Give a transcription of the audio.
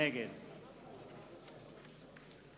נגד